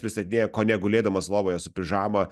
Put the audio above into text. pristatinėja kone gulėdamas lovoje su pižama